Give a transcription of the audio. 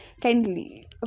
kindly